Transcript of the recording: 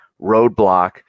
roadblock